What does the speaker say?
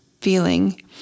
feeling